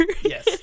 Yes